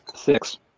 Six